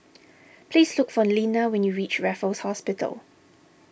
please look for Linna when you reach Raffles Hospital